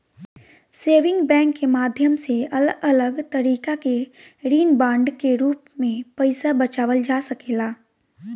saving bank के माध्यम से अलग अलग तरीका के ऋण बांड के रूप में पईसा बचावल जा सकेला